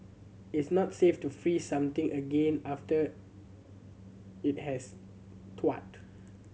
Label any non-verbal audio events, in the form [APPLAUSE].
it's not safe to freeze something again after it has [UNINTELLIGIBLE]